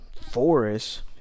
forest